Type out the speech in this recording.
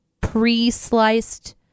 pre-sliced